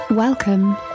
Welcome